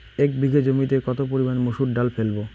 এক বিঘে জমিতে কত পরিমান মুসুর ডাল ফেলবো?